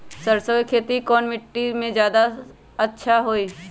सरसो के खेती कौन मिट्टी मे अच्छा मे जादा अच्छा होइ?